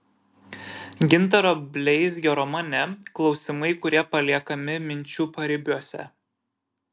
gintaro bleizgio romane klausimai kurie paliekami minčių paribiuose